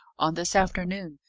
on this afternoon,